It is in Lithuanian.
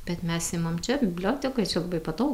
bet mes imam čia bibliotekoj čia labai patogu